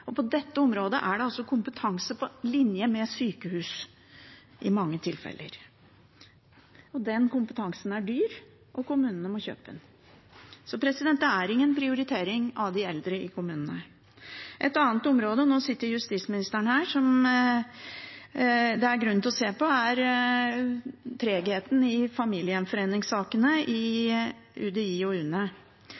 til. På dette området skal det i mange tilfeller kompetanse til på linje med sykehus. Den kompetansen er dyr, og kommunene må kjøpe den. Så det er ingen prioritering av de eldre i kommunene. Et annet område som det er grunn til å se på – nå sitter justisministeren her – er tregheten i familiegjenforeningssakene i